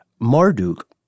Marduk